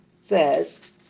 says